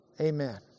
amen